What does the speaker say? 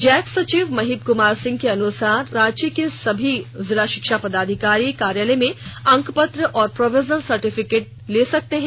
Jack सचिव महीप कुमार सिंह के अनुसार राज्य के सभी जिला शिक्षा पदाधिकारी कार्यालय में अंक पत्र और प्रोविजनल सर्टिफिकेट भेजा जा रहा है